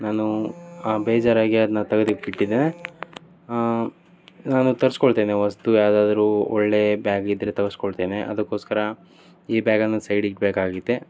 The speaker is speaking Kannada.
ನಾನು ಬೇಜಾರಾಗಿ ಅದನ್ನ ತೆಗೆದಿಟ್ಟುಬಿಟ್ಟಿದ್ದೆ ನಾನು ತರಿಸ್ಕೊಳ್ತೇನೆ ಹೊಸ್ತು ಯಾವ್ದಾದ್ರೂ ಒಳ್ಳೆಯ ಬ್ಯಾಗ್ ಇದ್ದರೆ ತರಿಸ್ಕೊಳ್ತೇನೆ ಅದಕ್ಕೋಸ್ಕರ ಈ ಬ್ಯಾಗನ್ನು ಸೈಡ್ ಇಡಬೇಕಾಗಿದೆ